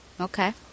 Okay